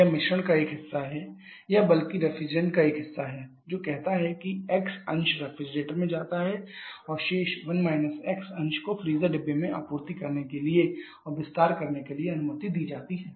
यह मिश्रण का एक हिस्सा है या बल्कि रेफ्रिजरेंट का एक हिस्सा है जो कहता है कि x अंश रेफ्रिजरेटर में जाता है और शेष अंश को फ्रीजर डिब्बे में आपूर्ति करने के लिए और विस्तार करने की अनुमति दी जाती है